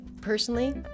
personally